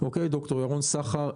ד"ר ירון סחר,